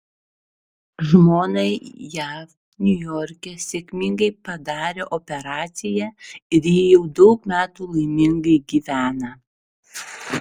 žmonai jav niujorke sėkmingai padarė operaciją ir ji jau daug metų laimingai gyvena